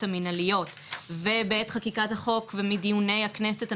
המנהליות ובעת חקיקת החוק ומדיוני הכנסת,